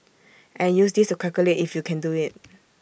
and use this to calculate if you can do IT